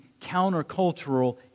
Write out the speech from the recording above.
countercultural